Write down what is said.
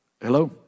Hello